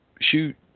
shoot